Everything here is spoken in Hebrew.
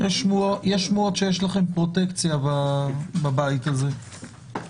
יש שמועות שיש לכם פרוטקציה בבית הזה.